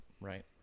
right